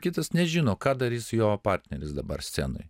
kitas nežino ką darys jo partneris dabar scenoj